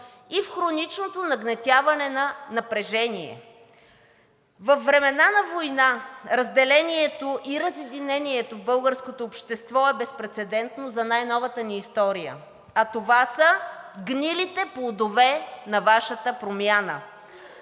и в хроничното нагнетяване на напрежение. Във времена на война разделението и разединението в българското общество е безпрецедентно за най-новата ни история. А това са гнилите плодове на Вашата промяна.